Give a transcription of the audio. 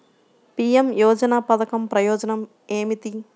PM యోజన పధకం ప్రయోజనం ఏమితి?